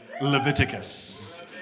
Leviticus